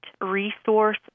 resource